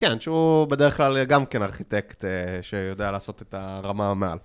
כן, שהוא בדרך כלל גם כן ארכיטקט אה... שיודע לעשות את הרמה מעל.